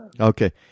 Okay